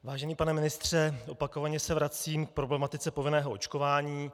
Vážený pane ministře, opakovaně se vracím k problematice povinného očkování.